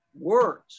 Words